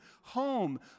home